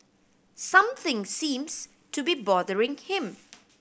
something seems to be bothering him